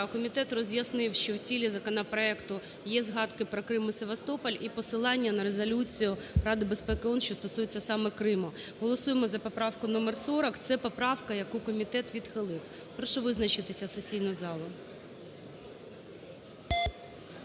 Комітет роз'яснив, що в тілі законопроекту є згадки про Крим і Севастополь і посилання на Резолюцію Ради безпеки ООН, що стосується саме Криму. Голосуємо за поправку № 40, це поправка, яку комітет відхилив. Прошу визначитися сесійну залу.